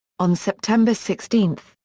on september sixteen,